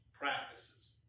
practices